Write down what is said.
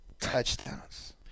touchdowns